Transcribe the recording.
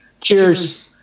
cheers